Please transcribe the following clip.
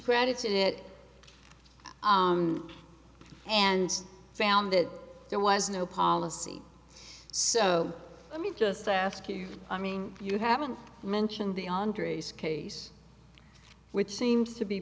credited it and found that there was no policy so let me just ask you i mean you haven't mentioned the andris case which seems to be